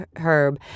Herb